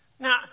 Now